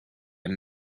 and